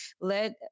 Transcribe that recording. Let